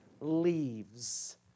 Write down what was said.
leaves